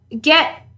get